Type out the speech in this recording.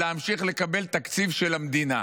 להמשיך לקבל תקציב של המדינה.